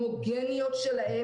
הצרכים הייחודיים של המסגרות שלנו.